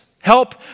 Help